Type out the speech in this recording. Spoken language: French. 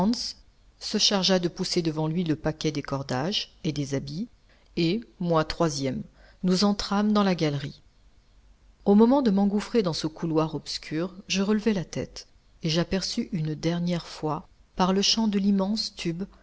se chargea de pousser devant lui le paquet des cordages et des habits et moi troisième nous entrâmes dans la galerie au moment de m'engouffrer dans ce couloir obscur je relevai la tête et j'aperçus une dernière fois par le champ de l'immense tube